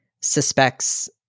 suspects